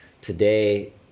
today